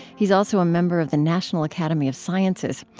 he's also a member of the national academy of sciences.